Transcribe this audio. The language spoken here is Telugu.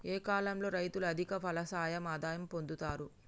ఏ కాలం లో రైతులు అధిక ఫలసాయం ఆదాయం పొందుతరు?